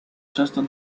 często